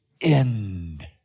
end